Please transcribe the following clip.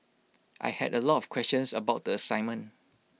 I had A lot of questions about the assignment